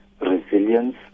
resilience